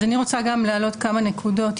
אז אני רוצה גם להעלות כמה נקודות.